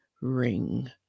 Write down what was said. ring